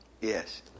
Yes